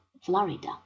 Florida